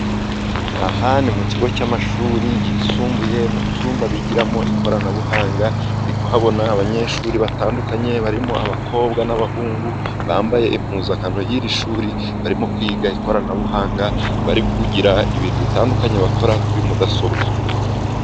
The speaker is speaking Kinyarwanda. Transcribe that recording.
Aha ni mu kigo cy'amashuri yisumbuye mu cyumba bigiramo ikoranabuhanga. Ndi kuhabona abanyeshuri batandukanye. Barimo abakobwa n'abahungu bambaye impuzankano y'iri shuri barimo kwiga ikoranabuhanga. Bari kugira ibintu bitandukanye bakora kuri mudasobwa.